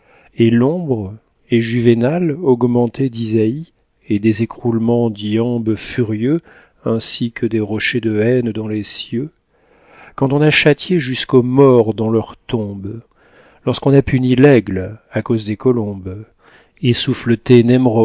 et l'ombre et juvénal augmenté d'isaïe et des écroulements d'iambes furieux ainsi que des rochers de haine dans les cieux quand on a châtié jusqu'aux morts dans leurs tombes lorsqu'on a puni l'aigle à cause des colombes et